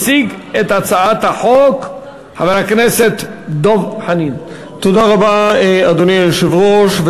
אם כן, רבותי, הצעת החוק נתקבלה בקריאה ראשונה